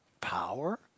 Power